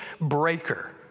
breaker